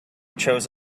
chose